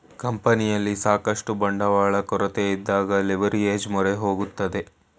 ಕಂಪನಿಯಲ್ಲಿ ಸಾಕಷ್ಟು ಬಂಡವಾಳ ಕೊರತೆಯಿದ್ದಾಗ ಲಿವರ್ಏಜ್ ಮೊರೆ ಹೋಗುತ್ತದೆ